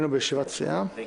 אנחנו ברביזיה.